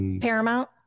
Paramount